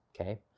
Okay